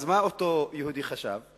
אז מה אותו יהודי חשב?